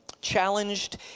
challenged